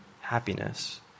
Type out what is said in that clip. happiness